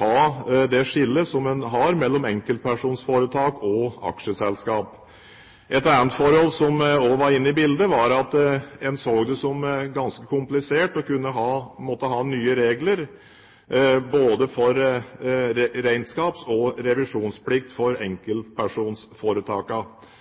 ha det skillet som en har, mellom enkeltpersonforetak og aksjeselskap. Et annet forhold som også var inne i bildet, var at en så det som ganske komplisert å måtte ha nye regler både for regnskaps- og revisjonsplikt for